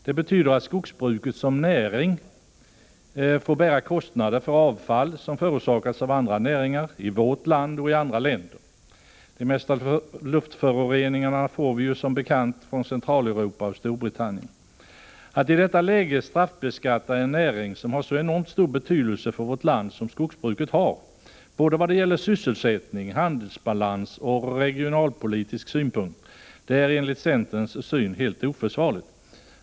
Det betyder att skogsbruket som näring får bära kostnader för avfall som förorsakats av andra näringar i vårt land och i andra länder. De mesta luftföroreningarna får vi ju som bekant från Centraleuropa och Storbritannien. Att i detta läge straffbeskatta en näring som har så enormt stor betydelse för vårt land som skogsbruket har i vad gäller sysselsättning, handelsbalans och regionalpolitik är enligt centerns syn helt oförsvarligt.